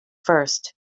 first